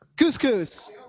Couscous